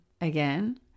Again